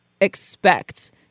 expect